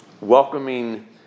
welcoming